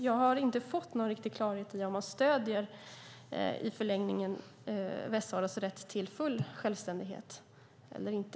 Jag har inte fått någon riktig klarhet i om man, i förlängningen, stöder Västsaharas rätt till full självständighet eller inte.